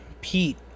Pete